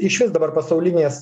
išvis dabar pasaulinės